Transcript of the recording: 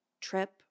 trip